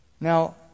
Now